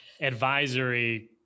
advisory